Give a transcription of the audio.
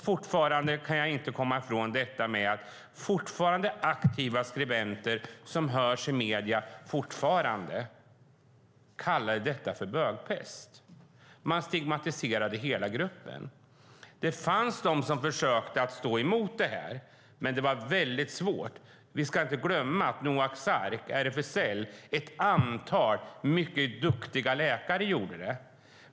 Jag kan inte komma ifrån att aktiva skribenter som fortfarande hörs i medierna kallade detta för bögpest. Man stigmatiserade hela gruppen. Det fanns de som försökte att stå emot detta, men det var mycket svårt. Vi ska inte glömma att Noaks ark, RFSL och ett antal mycket duktiga läkare gjorde det.